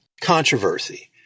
controversy